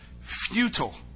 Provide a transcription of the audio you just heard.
futile